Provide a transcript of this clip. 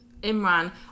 Imran